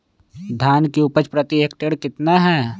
धान की उपज प्रति हेक्टेयर कितना है?